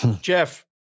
Jeff